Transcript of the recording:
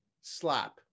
slap